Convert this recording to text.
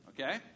Okay